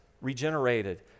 regenerated